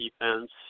defense